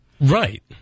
Right